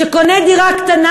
שקונה דירה קטנה,